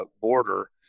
border